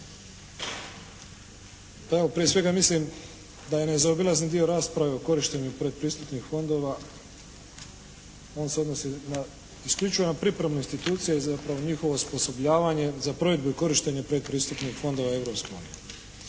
prije svega mislim da je nezaobilazni dio rasprave o korištenju predpristupnih fondova, on se odnosi isključivo na pripremu institucije, zapravo njihovo osposobljavanje za provedbu i korištenje predpristupnih fondova